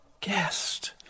guest